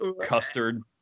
Custard